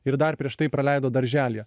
ir dar prieš tai praleido darželyje